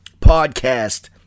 podcast